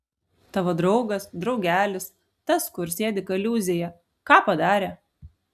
tavo draugas draugelis tas kur sėdi kaliūzėje ką padarė